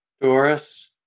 Doris